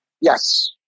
Yes